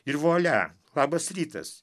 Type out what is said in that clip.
ir vualia labas rytas